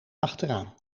achteraan